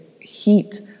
heat